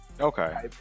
Okay